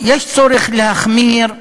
יש צורך להחמיר,